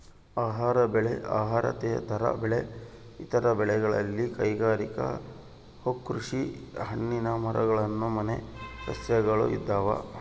ಆಹಾರ ಬೆಳೆ ಅಹಾರೇತರ ಬೆಳೆ ಇತರ ಬೆಳೆಗಳಲ್ಲಿ ಕೈಗಾರಿಕೆ ಹೂಕೃಷಿ ಹಣ್ಣಿನ ಮರಗಳು ಮನೆ ಸಸ್ಯಗಳು ಇದಾವ